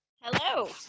Hello